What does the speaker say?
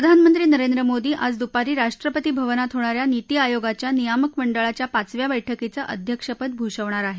प्रधानमंत्री नरेंद्र मोदी आज दुपारी राष्ट्रपती भवनात होणा या नीती आयोगाच्या नियामक मंडळाच्या पाचव्या बैठकीचं अध्यक्षपद भूषवणार आहेत